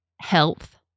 health